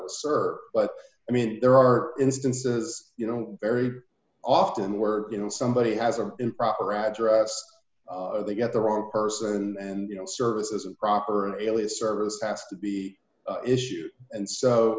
sir but i mean there are instances you know very often were you know somebody has an improper address or they get the wrong person and you know services a proper alias service ask to be issued and so